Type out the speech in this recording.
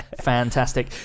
fantastic